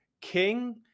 king